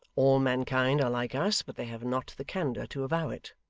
all mankind are like us, but they have not the candour to avow it